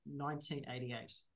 1988